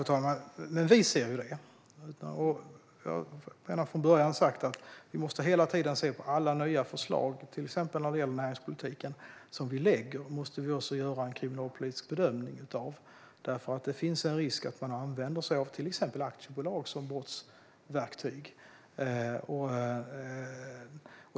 Fru talman! Vi ser ju detta. Vi har redan från början sagt att vi måste göra en kriminalpolitisk bedömning av alla nya förslag som vi lägger fram, till exempel när det gäller näringspolitiken. Det finns nämligen en risk att man använder sig av exempelvis aktiebolag som brottsverktyg.